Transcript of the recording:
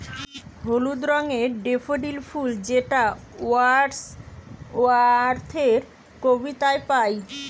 হলুদ রঙের ডেফোডিল ফুল যেটা ওয়ার্ডস ওয়ার্থের কবিতায় পাই